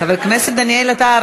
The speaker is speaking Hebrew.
חבר הכנסת דניאל עטר,